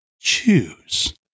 choose